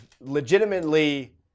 legitimately